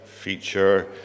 feature